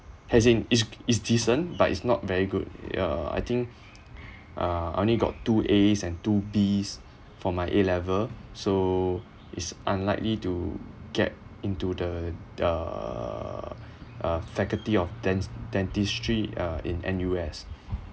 as in it's it's decent but it's not very good yeah I think uh I only got two As and two Bs for my A level so it's unlikely to get into the uh uh faculty of dens~ dentistry uh in N_U_S